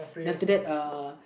then after that erm